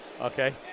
okay